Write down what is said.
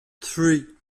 three